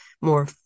more